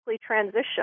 transition